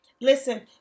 Listen